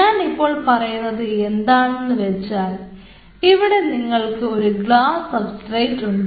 ഞാൻ ഇപ്പോൾ പറയുന്നത് എന്താണെന്ന് വെച്ചാൽ ഇവിടെ നിങ്ങൾക്ക് ഒരു ഗ്ലാസ് സബ്സ്ട്രേറ്റ് ഉണ്ട്